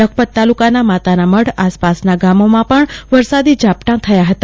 લખપત તાલુકાના માતાનામઢ આસપાસના ગામોમાં પણ વરસાદી ઝાપટા થયા હતા